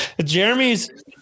Jeremy's